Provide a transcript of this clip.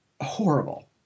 horrible